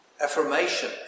affirmation